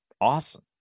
awesome